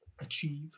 achieve